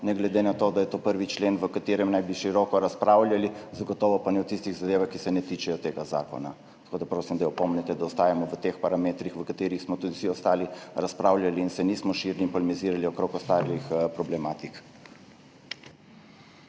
ne glede na to, da je to 1. člen, v katerem naj bi široko razpravljali, zagotovo pa ne o tistih zadevah, ki se ne tičejo tega zakona. Prosim, da jo opomnite, da ostajamo v teh parametrih, v katerih smo tudi vsi ostali razpravljali, in se nismo širili in polemizirali okrog ostalih problematik.